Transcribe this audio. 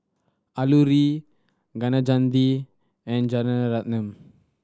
Alluri Kaneganti and